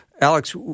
Alex